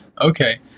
Okay